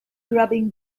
grubbing